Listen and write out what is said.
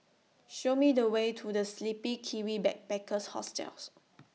Show Me The Way to The Sleepy Kiwi Backpackers Hostel